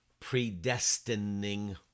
predestining